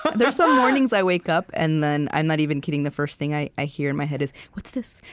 but there's some mornings i wake up, and then, i'm not even kidding, the first thing i i hear in my head is, what's this?